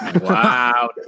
Wow